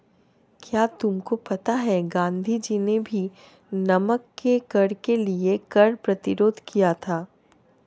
क्या तुमको पता है गांधी जी ने भी नमक के कर के लिए कर प्रतिरोध किया था